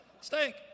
Steak